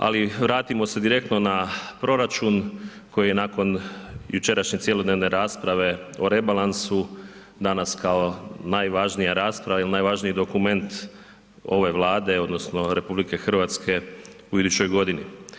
Ali vratimo se direktno na proračun koji je nakon jučerašnje cjelodnevne rasprave o rebalansu danas kao najvažnija rasprava ili najvažniji dokument ove Vlade odnosno RH u idućoj godini.